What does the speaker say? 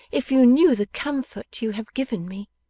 if you knew the comfort you have given me